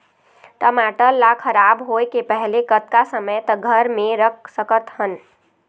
टमाटर ला खराब होय के पहले कतका समय तक घर मे रख सकत हन?